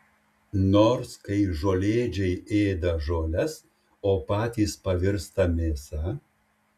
nors kai žolėdžiai ėda žoles o patys pavirsta mėsa